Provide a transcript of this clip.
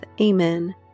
Amen